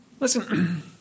Listen